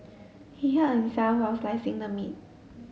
he hurt himself while slicing the meat